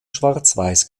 schwarzweiß